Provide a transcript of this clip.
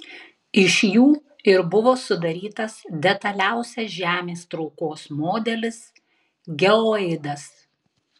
iš jų ir buvo sudarytas detaliausias žemės traukos modelis geoidas